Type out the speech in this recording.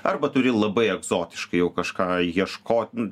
arba turi labai egzotiškai jau kažką ieškot